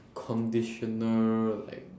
conditioner like